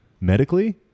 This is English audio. medically